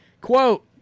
Quote